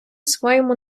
своєму